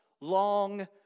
long